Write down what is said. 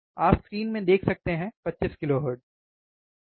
आप स्क्रीन में देख सकते हैं 25 किलोहर्ट्ज़ सही